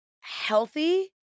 healthy